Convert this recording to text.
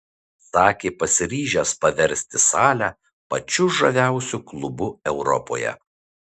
sakė pasiryžęs paversti salę pačiu žaviausiu klubu europoje